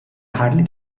hardly